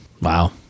Wow